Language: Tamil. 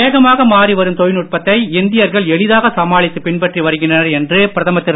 வேகமாக மாறி வரும் தொழில்நுட்பத்தை இந்தியர்கள் எளிதாக சமாளித்து பின்பற்றி வருகின்றனர் என்று பிரதமர் திரு